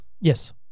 yes